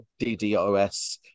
DDoS